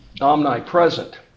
omnipresent